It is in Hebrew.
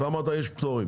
אתה אמרת שיש פטור,